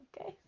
okay